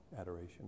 adoration